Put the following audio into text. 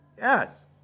Yes